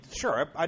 sure